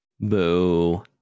Boo